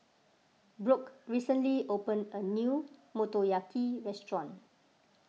Brooke recently opened a new Motoyaki restaurant